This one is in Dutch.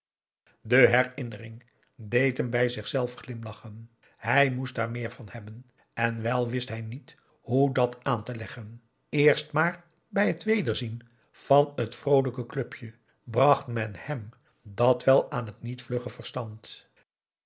de herinnering deed hem bij zichzelf glimlachen hij moest daar meer van hebben en wel wist hij niet hoe dat aan te leggen eerst maar bij het wederzien van t vroolijke clubje bracht men hem dat wel aan t niet vlugge verstand